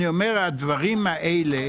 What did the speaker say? הדברים האלה